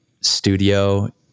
studio